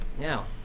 Now